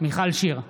מיכל שיר סגמן,